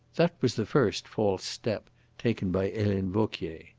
that was the first false step taken by helene vauquier.